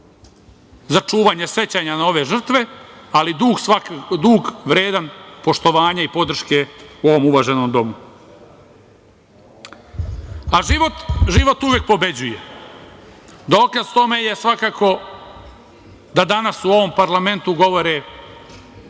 za čuvanje sećanja na ove žrtve, ali dug vredan poštovanja i podrške u ovom uvaženom domu.A život? Život uvek pobeđuje. Dokaz tome je svakako da danas u ovom parlamentu govore